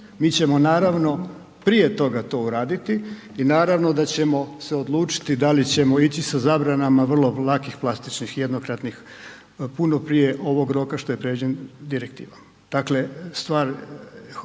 mi ćemo naravno prije toga to uraditi i naravno da ćemo se odlučiti da li ćemo ići sa zabranama vrlo lakih plastičnih jednokratnih puno prije ovog roka što je predviđen direktivom. Dakle stvar